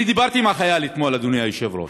דיברתי עם החייל אתמול, אדוני היושב-ראש,